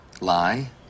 lie